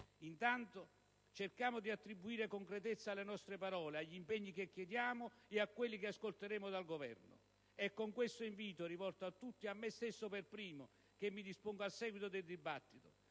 Intanto cerchiamo di attribuire concretezza alle nostre parole, agli impegni che chiediamo e a quelli che ascolteremo dal Governo. È con questo invito, rivolto a tutti e a me stesso per primo, che mi dispongo all'avvio della